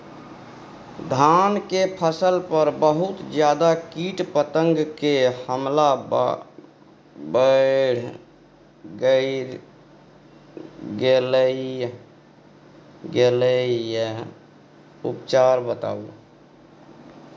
धान के फसल पर बहुत ज्यादा कीट पतंग के हमला बईढ़ गेलईय उपचार बताउ?